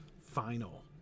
Final